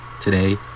today